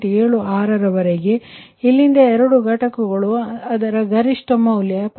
76 ರವರೆಗೆ ಇದ್ದರೆ ಇಲ್ಲಿಂದ ಎರಡು ಘಟಕಗಳು ಅದರ ಗರಿಷ್ಠ ಮೌಲ್ಯ 73